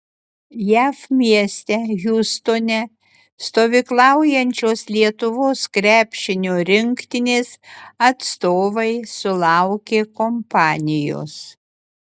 jav mieste hjustone stovyklaujančios lietuvos krepšinio rinktinės atstovai sulaukė kompanijos